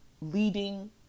leading